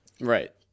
Right